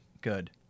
Good